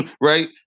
right